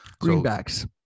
Greenbacks